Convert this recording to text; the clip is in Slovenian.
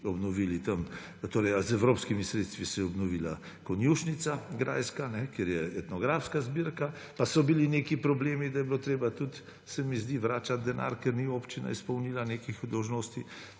obnovili tam, torej z evropskimi sredstvi se je obnovila konjušnica grajska, kjer je etnografska zbirka, pa so bili neki problemi, da je bilo treba tudi, se mi zdi, vračati denar, ker ni občina izpolnila nekih dolžnosti